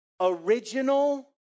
original